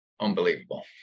unbelievable